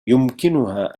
يمكنها